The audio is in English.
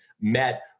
met